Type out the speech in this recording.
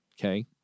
okay